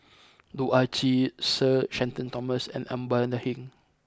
Loh Ah Chee Sir Shenton Thomas and Amanda Heng